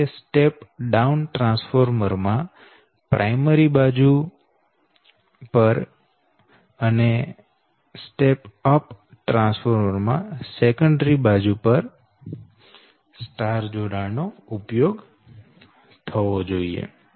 એટલે કે step down transformer માં પ્રાયમરી બાજુ પર અને સ્ટેપ અપ ટ્રાન્સફોર્મર માં સેકન્ડરી બાજુ પર સ્ટાર જોડાણ નો ઉપયોગ થવો જોઈએ